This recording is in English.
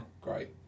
Great